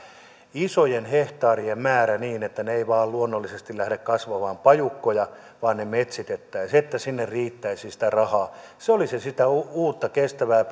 isojen hehtaarien määrä niin että ne eivät vain luonnollisesti lähde kasvamaan pajukkoja vaan ne metsitettäisiin että sinne riittäisi sitä rahaa se olisi sitä uutta kestävää